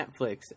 Netflix